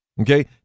Okay